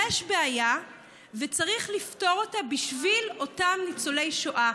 יש בעיה וצריך לפתור אותה בשביל אותם ניצולי שואה,